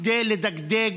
כדי לדגדג,